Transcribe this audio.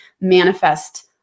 manifest